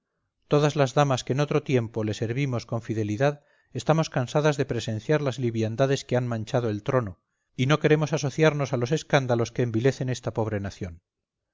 todas las damas que en otro tiempo le servimos con fidelidad estamos cansadas de presenciar las liviandades que han manchado el trono y no queremos asociarnos a los escándalos que envilecen esta pobre nación